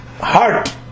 heart